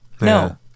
No